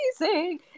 amazing